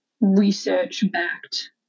research-backed